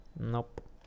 Nope